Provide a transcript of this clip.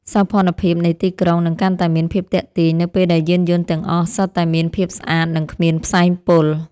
សោភ័ណភាពនៃទីក្រុងនឹងកាន់តែមានភាពទាក់ទាញនៅពេលដែលយានយន្តទាំងអស់សុទ្ធតែមានភាពស្អាតនិងគ្មានផ្សែងពុល។